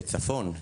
בצפון,